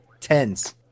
Tens